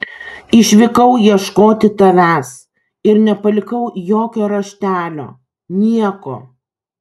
išvykau ieškoti tavęs ir nepalikau jokio raštelio nieko